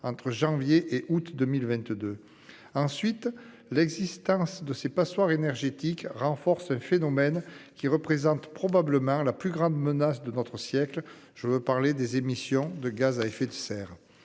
entre janvier et août 2022. Ensuite, l'existence de ces passoires énergétiques renforce ce phénomène qui représente probablement la plus grande menace de notre siècle. Je veux parler des émissions de gaz à effet de serre.